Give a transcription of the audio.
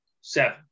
seven